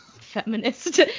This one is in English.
feminist